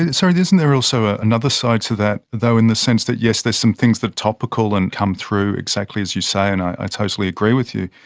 and sorry. isn't there also another side to that, though, in the sense that, yes there're some things that are topical and come through exactly as you say. and i totally agree with you.